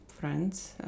friends